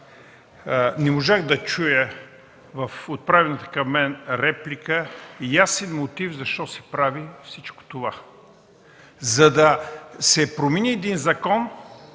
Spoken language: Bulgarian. не можах да чуя в отправената към мен реплика ясен мотив защо се прави всичко това. За да се промени един закон,